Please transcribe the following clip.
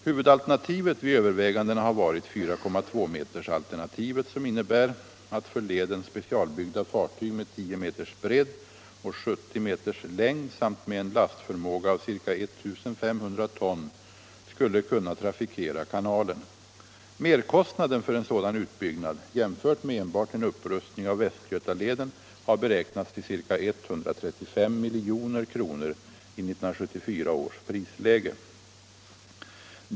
Huvudalternativet vid övervägandena har varit 4,2 meteralternativet, som innebär att för leden specialbyggda fartyg med 10 meters bredd och 70 meters längd samt med en lastförmåga av ca 1500 ton skulle kunna trafikera kanalen. Merkostnaden för en sådan utbyggnad jämfört med enbart en upprustning av Västgötaleden har beräknats till ca 135 milj.kr. i 1974 års prisläge.